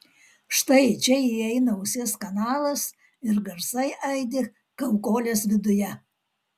štai čia įeina ausies kanalas ir garsai aidi kaukolės viduje